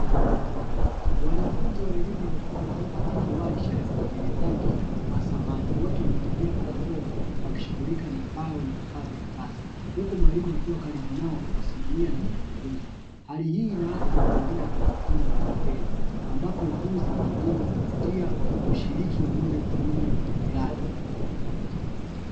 Wanafunzi wa elimu ya ufundi wakiwa katika warsha ya utengenezaji wa samani. Wote wamevalia barakoa wakishughulika na mbao na vifaa vya kazi, huku mwalimu akiwa karibu nao kuwasimamia na kuwaongoza. Hali hii inaakisi mazingira ya kujifunza kwa vitendo ambapo ujuzi unajengwa kupitia ushiriki wa moja kwa moja kwenye miradi.